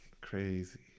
crazy